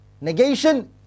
negation